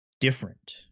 different